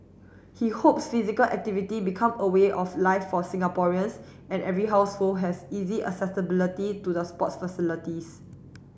he hopes physical activity become a way of life for Singaporeans and every household has easy accessibility to the sports facilities